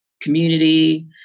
community